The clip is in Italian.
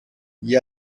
gli